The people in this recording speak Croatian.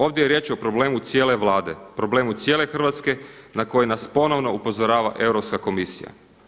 Ovdje je riječ o problemu cijele Vlade, problemu cijele Hrvatske na koji nas ponovno upozorava Europska komisija.